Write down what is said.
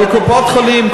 אבל בקופות-חולים,